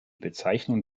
bezeichnung